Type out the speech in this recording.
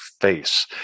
face